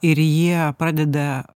ir jie pradeda